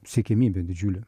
siekiamybė didžiulė